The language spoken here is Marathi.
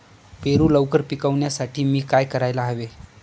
पेरू लवकर पिकवण्यासाठी मी काय करायला हवे?